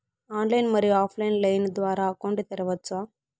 Online, మరియు offline line ద్వారా account తెరవచ్చా?